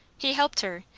he helped her,